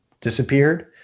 disappeared